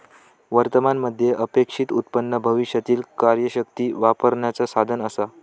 वर्तमान मध्ये अपेक्षित उत्पन्न भविष्यातीला कार्यशक्ती वापरण्याचा साधन असा